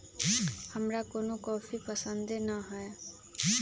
हमरा कोनो कॉफी पसंदे न हए